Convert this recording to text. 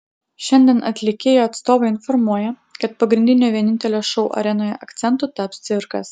šiandien atlikėjo atstovai informuoja kad pagrindiniu vienintelio šou arenoje akcentu taps cirkas